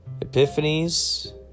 epiphanies